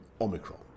Omicron